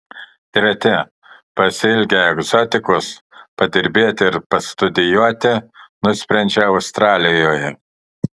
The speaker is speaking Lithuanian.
treti pasiilgę egzotikos padirbėti ir pastudijuoti nusprendžia australijoje